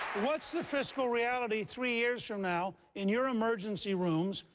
what's the fiscal reality three years from now in your emergency rooms,